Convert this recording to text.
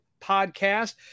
podcast